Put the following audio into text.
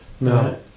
no